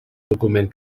document